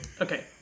okay